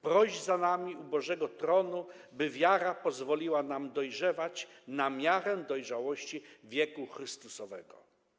Proś za nami u Bożego Tronu, by wiara pozwoliła nam dojrzewać na miarę dojrzałości wieku Chrystusowego”